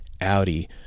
Audi